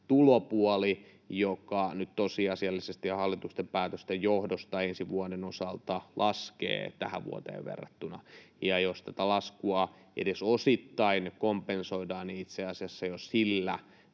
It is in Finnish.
tulopuoli, joka nyt tosiasiallisesti ja hallituksen päätösten johdosta ensi vuoden osalta laskee tähän vuoteen verrattuna. Jos tätä laskua edes osittain kompensoidaan, niin itse asiassa jo sillä